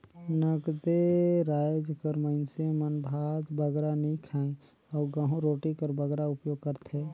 नगदे राएज कर मइनसे मन भात बगरा नी खाएं अउ गहूँ रोटी कर बगरा उपियोग करथे